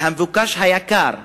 והמבוקש, יקר.